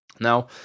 now